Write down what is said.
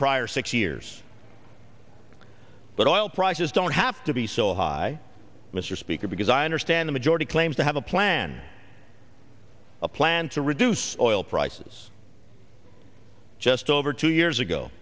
prior six years but all prices don't have to be so high mr speaker because i understand a majority claims to have a plan a plan to reduce oil prices just over two years ago